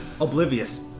oblivious